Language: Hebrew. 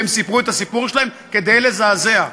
והם סיפרו את הסיפור שלהם כדי לזעזע,